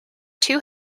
two